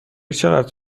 چقدر